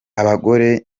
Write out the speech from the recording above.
abagore